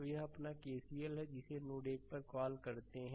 तो यह अपना केसीएल है जिसे नोड 1 पर कॉल करते हैं